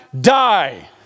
Die